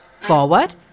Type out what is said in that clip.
forward